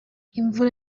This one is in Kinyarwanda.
imvura